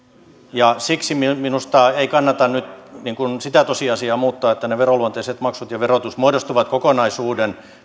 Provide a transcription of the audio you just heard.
ja siksi minusta ei kannata nyt sitä tosiasiaa muuttaa että ne veroluonteiset maksut ja verotus muodostavat kokonaisuuden